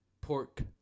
Pork